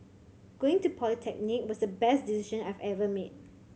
going to polytechnic was the best decision I've ever made